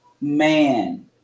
man